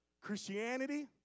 Christianity